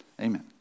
Amen